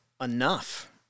enough